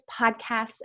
podcasts